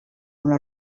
una